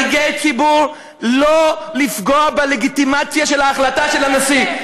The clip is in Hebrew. שלא לפגוע בלגיטימציה של ההחלטה של הנשיא.